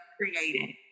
creating